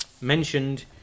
mentioned